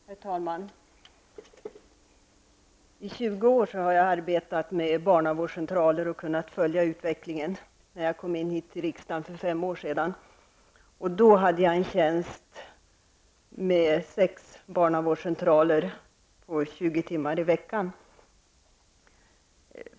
Herr talman! När jag kom in i riksdagen för fem år sedan hade jag arbetat på barnavårdscentraler i 20 år och därför kunnat följa utvecklingen. Jag hade då en tjänst på 20 timmar i veckan fördelade på sex barnavårdscentraler.